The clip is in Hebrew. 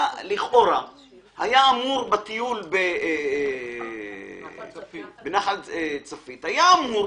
לכאורה בטיול בנחל צפית היה אמור